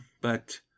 but—